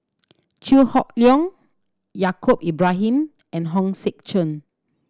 Chew Hock Leong Yaacob Ibrahim and Hong Sek Chern